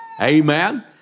Amen